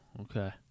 okay